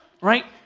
right